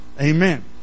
Amen